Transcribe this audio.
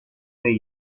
way